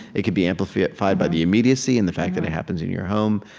it can be amplified by the immediacy and the fact that it happens in your home.